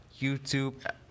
YouTube